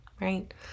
right